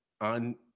on